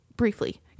briefly